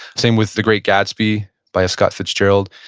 same with the great gatsby by f. scott fitzgerald.